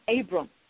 Abram